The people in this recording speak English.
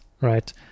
right